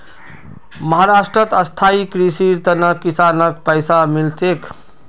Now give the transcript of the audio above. महाराष्ट्रत स्थायी कृषिर त न किसानक पैसा मिल तेक